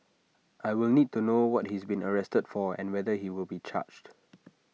I will need to know what he's been arrested for and whether he will be charged